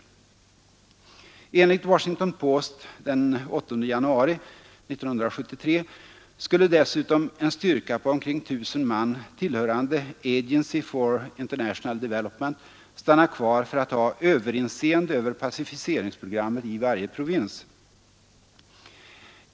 Enligt Nr 49 Washington Post den 8 januari 1973 skulle dessutom en styrka på Onsdagen den omkring 1 000 man, tillhörande Agency for International Development, 21 mars 1973 stanna kvar för att ha överinseende över pacificeringsprogrammet i varje provins.